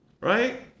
Right